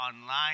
online